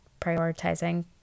prioritizing